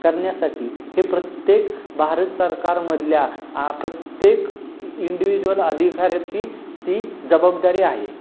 करण्यासाठी हे प्रत्येक भारत सरकारमधल्या आ प्रत्येक इंडिव्हिज्युअल अधिकाऱ्याची ती जबाबदारी आहे